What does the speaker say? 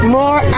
more